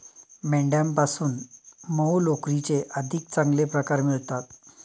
मेंढ्यांपासून मऊ लोकरीचे अधिक चांगले प्रकार मिळतात